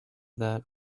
that